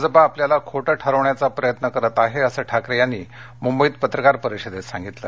भाजपा आपल्याला खोटं ठरवण्याचा प्रयत्न करत आहे असं ठाकरे यांनी मुंबईत पत्रकार परिषदेत सांगितलं